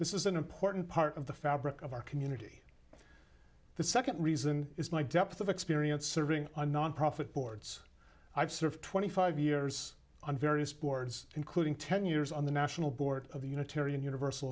this is an important part of the fabric of our community the second reason is my depth of experience serving a nonprofit boards i've served twenty five years on various boards including ten years on the national board of the unitarian universal